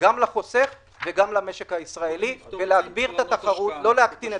לחוסך ולמשק הישראלי ולהגביר את התחרות.